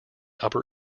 upper